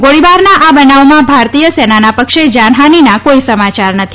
ગોળીબારના આ બનાવમાં ભારતીય સેનાના પક્ષે જાનહાનીના કોઇ સમાચાર નથી